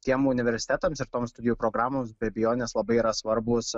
tiem universitetams ir toms studijų programos be abejonės labai yra svarbūs